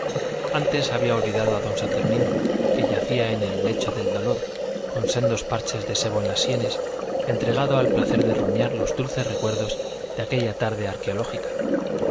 antes había olvidado a don saturnino que yacía en el lecho del dolor con sendos parches de sebo en las sienes entregado al placer de rumiar los dulces recuerdos de aquella tarde arqueológica